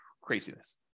Craziness